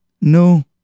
no